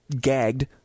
gagged